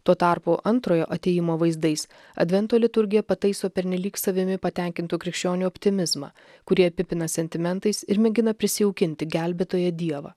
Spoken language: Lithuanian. tuo tarpu antrojo atėjimo vaizdais advento liturgija pataiso pernelyg savimi patenkintų krikščionių optimizmą kurį apipina sentimentais ir mėgina prisijaukinti gelbėtoją dievą